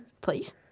Please